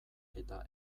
eta